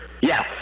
Yes